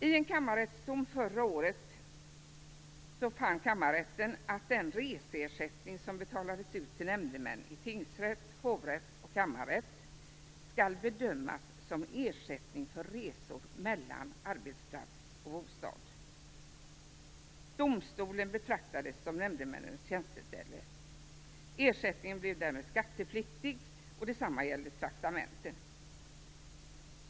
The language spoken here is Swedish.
I en kammarrättsdom förra året fann en kammarrätt att den reseersättning som betalades ut till nämndemän i tingsrätt, hovrätt och kammarrätt skall bedömas som ersättning för resor mellan arbetsplats och bostad. Domstolen betraktas som nämndemännens tjänsteställe. Ersättningen blir därmed skattepliktig. Detsamma gäller traktamenten om sådana utgår.